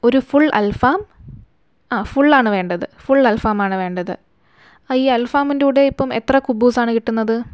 ഒരു ഫുള് അല്ഫാം അ ഫുള്ളാണ് വേണ്ടത് ഫുള് അല്ഫാമാണ് വേണ്ടത് ഈ അല്ഫാമിന്റെ കൂടെ ഇപ്പം എത്ര കുബ്ബൂസാണ് കിട്ടുന്നത്